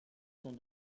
sont